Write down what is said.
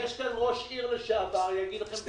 יש כאן ראש עיר לשעבר, יגיד לכם במדויק.